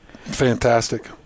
Fantastic